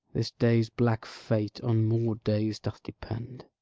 this day's black fate on more days doth depend